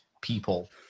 people